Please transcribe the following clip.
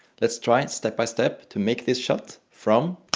let's try step by step to make this shot from.